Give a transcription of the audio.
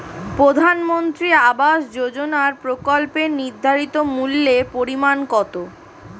প্রধানমন্ত্রী আবাস যোজনার প্রকল্পের নির্ধারিত মূল্যে পরিমাণ কত?